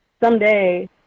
someday